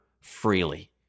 freely